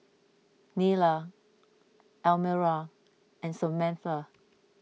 Nylah Elmira and Samatha